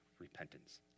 repentance